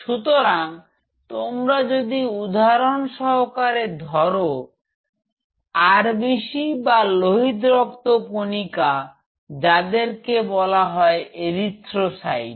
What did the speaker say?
সুতরাং তোমরা যদি উদাহরণ সহকারে ধরো আর বি সি বা লোহিত রক্ত কণিকা যাদেরকে বলা হয় এরিথ্রোসাইট